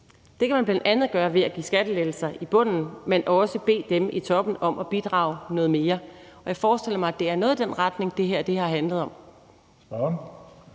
Det kan man bl.a. gøre ved at give skattelettelser i bunden, men også ved at bede dem i toppen om at bidrage noget mere. Jeg forestiller mig, at det er noget i den retning, det her har handlet om.